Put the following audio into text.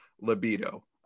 libido